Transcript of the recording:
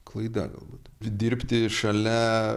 klaida galbūt dirbti šalia